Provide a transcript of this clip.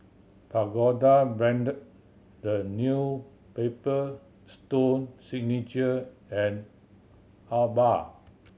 Pagoda Brand The New Paper Stone Signature and Alba